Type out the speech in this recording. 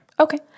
Okay